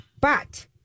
but-